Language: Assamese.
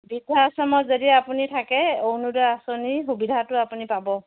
বৃদ্ধাশ্ৰমত যদি আপুনি থাকে অৰুণোদয় আঁচনিৰ সুবিধাটো আপুনি পাব